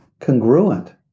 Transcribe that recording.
congruent